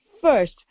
first